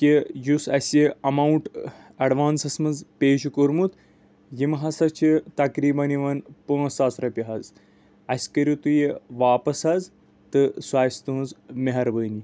کہِ یُس اَسہِ یہِ ایٚماوُنٹ ایڈوَنسَس منٛز پے چھُ کوٚرمُت یِم ہاسا چھِ تَقریٖبَن یِوان پانٛژھ ساس رۄپییہِ حظ اَسہِ کٔرِو تُہۍ یہِ واپَس حظ تہٕ سۄ آسہِ تُہنٛز مہربٲنی